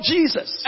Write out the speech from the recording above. Jesus